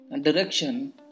direction